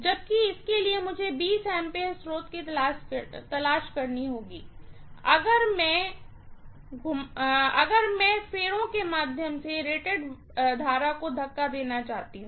जबकि इसके लिए मुझे 20 A स्रोत की तलाश करनी होगी अगर मैंवाइंडिंग के माध्यम से रेटेड करंट को धक्का देना चाहती हूँ